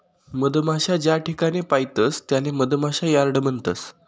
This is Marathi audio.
मधमाशा ज्याठिकाणे पायतस त्याले मधमाशा यार्ड म्हणतस